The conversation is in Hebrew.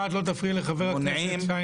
ואת לא תפריעי לחבר הכנסת שיין.